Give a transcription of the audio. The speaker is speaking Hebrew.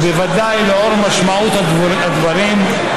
ובוודאי לנוכח משמעות הדברים,